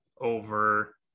over